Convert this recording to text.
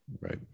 Right